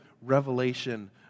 revelation